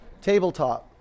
Tabletop